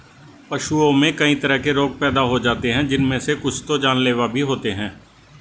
पशुओं में कई तरह के रोग पैदा हो जाते हैं जिनमे से कुछ तो जानलेवा भी होते हैं